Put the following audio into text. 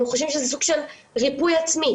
הם חושבים שזה סוג של ריפוי עצמי.